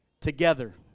Together